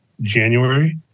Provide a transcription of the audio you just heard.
January